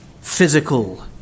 physical